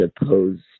opposed